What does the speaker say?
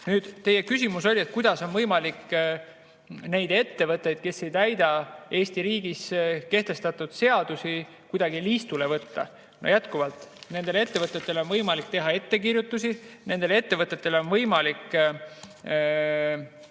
Teie küsimus oli, kuidas on võimalik neid ettevõtteid, kes ei täida Eesti riigis kehtestatud seadusi, liistule võtta. Ütlen jätkuvalt, et nendele ettevõtetele on võimalik teha ettekirjutusi ja nendele ettevõtetele on võimalik